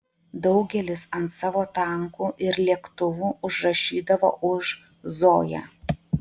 daugelis ant savo tankų ir lėktuvų užrašydavo už zoją